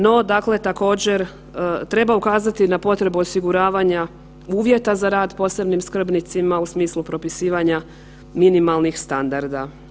No, dakle također treba ukazati na potrebu osiguravanja uvjeta za rad posebnim skrbnicima u smislu propisivanja minimalnih standarda.